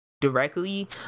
directly